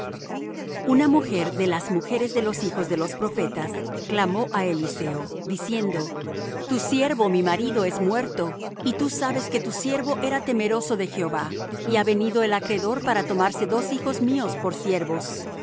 una mujer de las mujeres de los hijos de los profetas clamó á eliseo diciendo tu siervo mi marido es muerto y tú sabes que tu siervo era temeroso de jehová y ha venido el acreedor para tomarse dos hijos míos por siervos